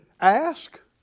ask